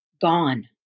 Gone